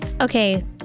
Okay